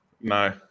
No